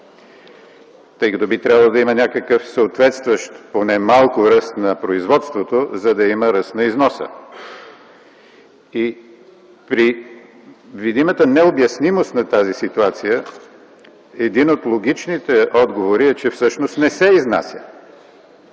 тъй като би трябвало да има някакъв, съответстващ поне малко ръст на производството, за да има ръст на износа. При видимата необяснимост на тази ситуация един от логичните отговори е, че всъщност не се изнася,